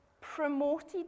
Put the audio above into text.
promoted